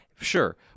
sure